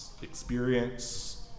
experience